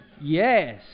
Yes